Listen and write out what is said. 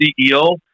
CEO